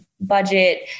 budget